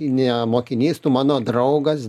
ne mokinys tu mano draugas